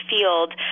field